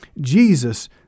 Jesus